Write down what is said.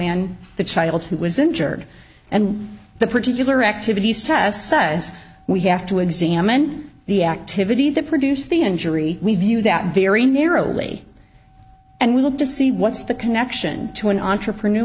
and the child who was injured and the particular activities test says we have to examine the activity that produced the injury review that very narrowly and we look to see what's the connection to an entrepreneur